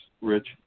Rich